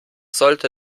sollte